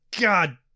god